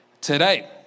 today